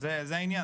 זה העניין,